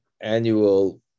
annual